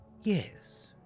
yes